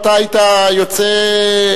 היית יוצא,